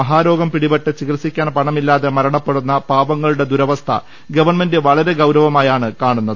മഹാരോഗംപിടിപെട്ട് ചികിത്സിക്കാൻ പണമില്ലാതെ മരണപ്പെടുന്ന പാവങ്ങളുടെ ദുരവസ്ഥ ഗവൺമെന്റ് വളരെ ഗൌരവമായാണ് കാണുന്നത്